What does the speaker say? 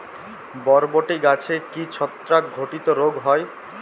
বরবটি গাছে কি ছত্রাক ঘটিত রোগ হয়?